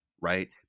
Right